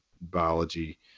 biology